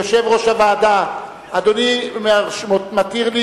יושב-ראש הוועדה, אדוני מתיר לי